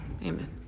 amen